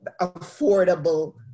affordable